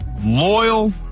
loyal